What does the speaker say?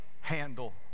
handle